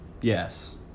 yes